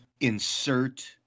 Insert